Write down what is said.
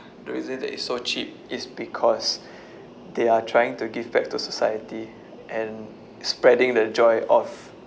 the reason that is so cheap is because they are trying to give back to society and spreading the joy of